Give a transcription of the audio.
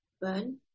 burn